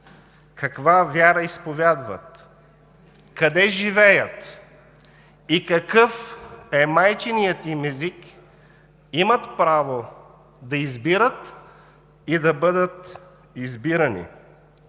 каква вяра изповядват, къде живеят и какъв е майчиният им език, имат право да избират и да бъдат избирани.